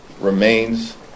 remains